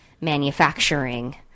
manufacturing